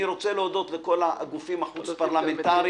אני רוצה להודות לכל הגופים החוץ פרלמנטריים.